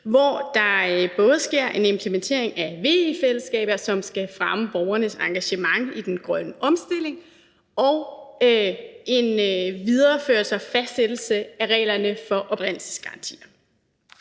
hvor der både sker en implementering af VE-fællesskaber, som skal fremme borgernes engagement i den grønne omstilling, og en videreførelse og fastsættelse af reglerne for oprindelsesgarantier.